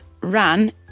ran